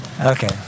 Okay